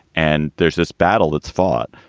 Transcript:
and there's this battle that's fought.